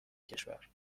کشور